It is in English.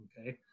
okay